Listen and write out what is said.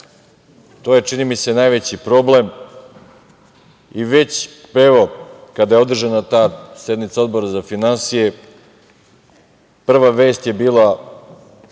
To je, čini mi se najveći problem. Evo, već kada je održana ta sednica Odbora za finansije, prva vest je bila